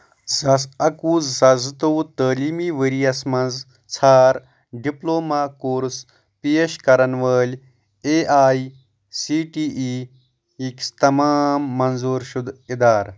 زٕ ساس اکہٕ وُہ زٕ ساس زٕ تووُہ تعلیٖمی ؤرۍ یَس مَنٛز ژھار ڈِپلوما کورس پیش کرن وٲلۍ A I C T E یٕکۍ تمام منظور شُدٕ اِدارٕ